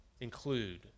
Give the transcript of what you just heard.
include